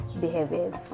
behaviors